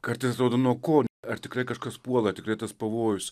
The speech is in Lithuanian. kartais atrodo nuo ko ar tikrai kažkas puola tikrai tas pavojus